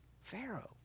Pharaoh